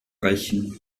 rächen